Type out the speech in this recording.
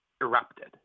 erupted